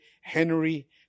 Henry